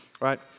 right